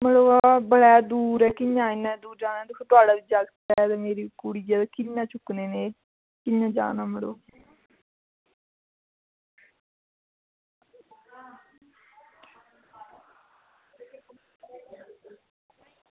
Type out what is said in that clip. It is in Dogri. यरो बड़ा दूर ऐ कि'यां इन्ने दूर जाना दिक्खो थुआढ़ा बी जागत ऐ ते मेरी कुड़ी कि'यां चुक्कने कि'यां जाना मड़ो